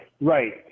right